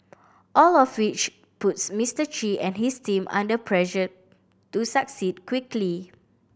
all of which puts Mister Chi and his team under pressure to succeed quickly